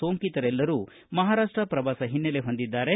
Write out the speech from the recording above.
ಸೋಂಕಿತರೆಲ್ಲರೂ ಮಹಾರಾಷ್ಟ ಪ್ರವಾಸ ಹಿನ್ನೆಲೆ ಹೊಂದಿದ್ದಾರೆ